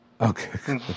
Okay